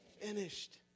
finished